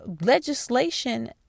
legislation